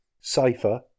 Safer